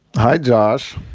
hi, josh.